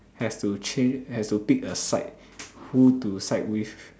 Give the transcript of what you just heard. has to change have to pick a side who to side with